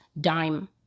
dime